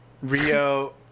Rio